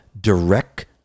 direct